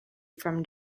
from